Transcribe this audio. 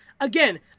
again